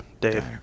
Dave